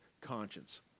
conscience